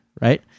right